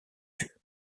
vue